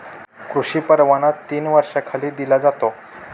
कृषी परवाना तीन वर्षांसाठी दिला जातो